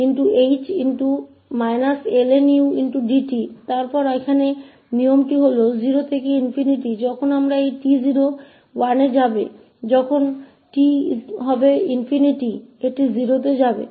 तो यहाँ यह परिणाम कहता है कि 0 01unus0h𝑑t इसके बराबर हैं तो यहाँ की सीमा जो 0 से ∞ थी जब हमारे पास यह s0 है यह 1 पर जाएगी और जब 𝑡 ∞ है यह 0 पर जाएगा